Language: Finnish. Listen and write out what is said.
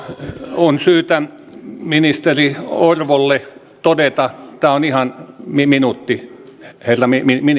on syytä ministeri orvolle todeta tämä on ihan minuutti herra